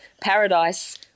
paradise